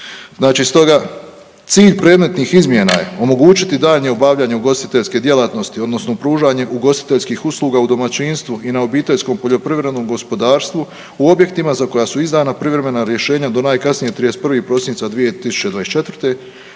Znači stoga cilj predmetnih izmjena je omogućiti daljnje obavljanje ugostiteljske djelatnosti odnosno pružanje ugostiteljskih usluga u domaćinstvu i na obiteljskom poljoprivrednom gospodarstvu u objektima za koja su izdana privremena rješenja do najkasnije 31. prosinca 2024.